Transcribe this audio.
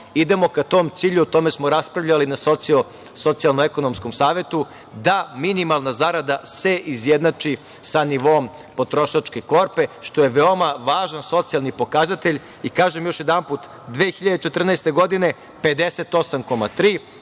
idemo ka tom cilju, o tome smo raspravljali na Socijalnoekonomskom savetu, da minimalna zarada se izjednači sa nivoom potrošačke korpe, što je veoma važan socijalni pokazatelj. Kažem, još jedanput, 2014. godine 58,3%,